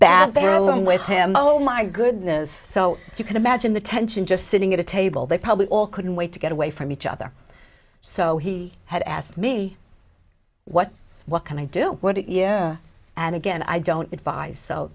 bathroom with him oh my goodness so you can imagine the tension just sitting at a table they probably all couldn't wait to get away from each other so he had asked me what what can i do what year and again i don't advise so